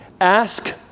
Ask